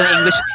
English